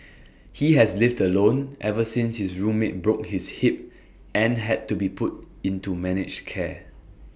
he has lived alone ever since his roommate broke his hip and had to be put into managed care